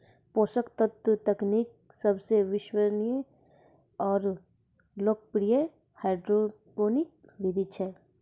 पोषक तत्व तकनीक सबसे विश्वसनीय आरु लोकप्रिय हाइड्रोपोनिक विधि छै